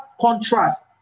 contrast